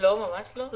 לא, ממש לא.